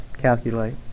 Calculate